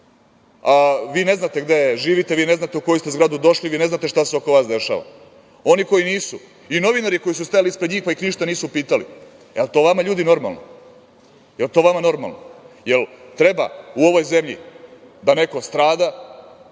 vi ne znate gde živite, vi ne znate u koju ste zgradu došli, vi ne znate šta se oko vas dešava. Oni koji nisu i novinari koji su stajali ispred njih pa ih ništa nisu pitali. Da li je to vama ljudi normalno? Da li je to normalno? Da li treba u ovoj zemlji da neko strada